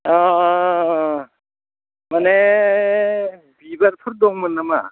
अ माने बिबारफोर दंमोन नामा